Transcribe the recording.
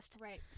Right